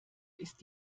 ist